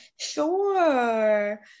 Sure